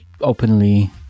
openly